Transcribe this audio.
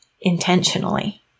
intentionally